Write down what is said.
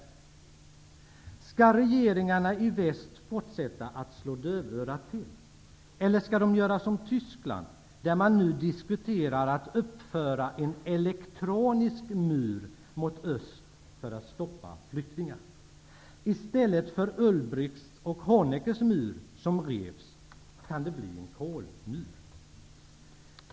Skall regeringarna i väst fortsätta att slå dövörat till eller skall de göra som i Tyskland? Där diskuterar man nu att uppföra en elektronisk mur mot öst för att stoppa flyktingar. I stället för Ulbrichts och Honeckers mur som revs, kan det bli en Kohlmur.